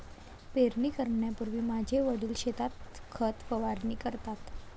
पेरणी करण्यापूर्वी माझे वडील शेतात खत फवारणी करतात